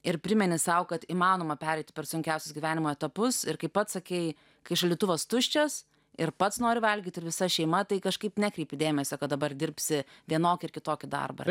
ir primeni sau kad įmanoma pereiti per sunkiausius gyvenimo etapus ir kaip pats sakei kai šaldytuvas tuščias ir pats nori valgyti ir visa šeima tai kažkaip nekreipi dėmesio kad dabar dirbsi vienokį ar kitokį darbą